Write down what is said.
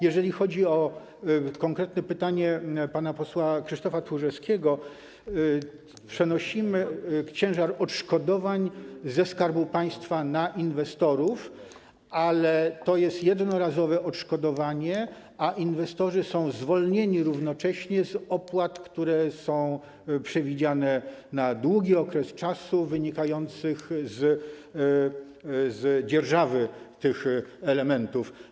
Jeżeli chodzi o konkretne pytanie pana posła Krzysztofa Tchórzewskiego, to przenosimy ciężar odszkodowań ze Skarbu Państwa na inwestorów, ale to jest jednorazowe odszkodowanie, a inwestorzy są zwolnieni równocześnie z opłat, które są przewidziane na długi czas, wynikających z dzierżawy tych elementów.